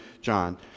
John